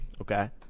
okay